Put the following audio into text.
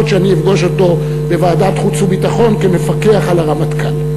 שאני אפגוש אותו בוועדת חוץ וביטחון כמפקח על הרמטכ"ל.